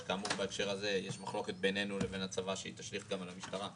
וכאמור בנושא הזה יש מחלוקת ביננו לבין הצבא שהיא תשליך גם על המשטרה,